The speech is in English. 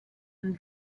and